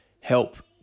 help